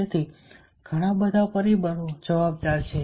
તેથી ઘણા પરિબળો જવાબદાર છે